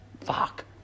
fuck